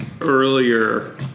earlier